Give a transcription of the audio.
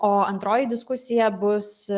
o antroji diskusija bus